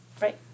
Right